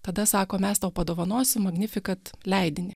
tada sako mes tau padovanosim magnificat leidinį